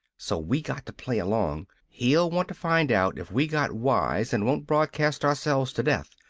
so we got to play along! he'll want to find out if we got wise and won't broadcast ourselves to death!